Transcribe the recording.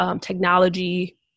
technology